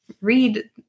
read